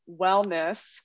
wellness